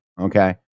okay